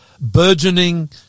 burgeoning